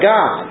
God